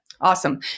Awesome